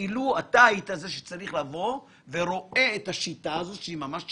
אילו היית רואה את השיטה הזאת, שהיא ממש שיטה,